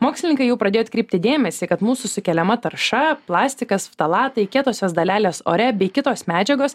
mokslininkai jau pradėjo atkreipti dėmesį kad mūsų sukeliama tarša plastikas ftalatai kietosios dalelės ore bei kitos medžiagos